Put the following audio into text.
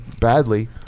badly